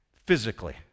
Physically